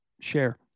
share